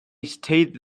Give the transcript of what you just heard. stayed